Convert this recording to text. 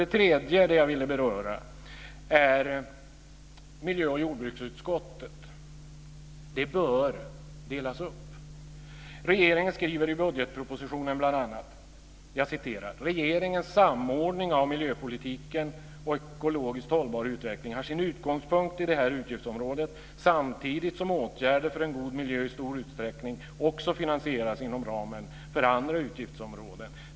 Det tredje som jag ville beröra gäller miljö och jordbruksutskottet. Det bör delas upp. Regeringen skriver i budgetpropositionen bl.a.: "Regeringens samordning av miljöpolitiken och ekologiskt hållbar utveckling har sin utgångspunkt i detta utgiftsområde samtidigt som åtgärder för en god miljö i stor utsträckning också finansieras inom ramen för andra utgiftsområden."